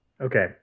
Okay